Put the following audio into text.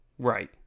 Right